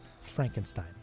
Frankenstein